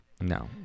No